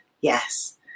Yes